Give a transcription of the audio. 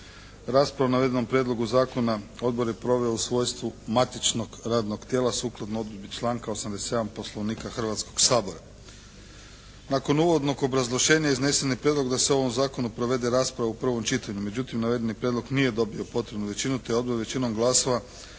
Rasprava o navedenom prijedlogu zakona odbor je proveo u svojstvu matičnog radnog tijela sukladno odredbi članka 87. Poslovnika Hrvatskog sabora. Nakon uvodnog obrazloženja iznesen je prijedlog da se o ovom zakonu provede rasprava u prvom čitanju. Međutim, navedeni prijedlog nije dobio potrebnu većinu, te je odbor većinom glasova